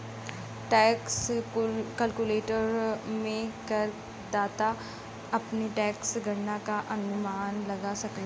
tax calculator में करदाता अपने टैक्स गणना क अनुमान लगा सकला